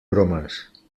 bromes